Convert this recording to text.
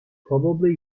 probably